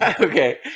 Okay